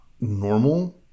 normal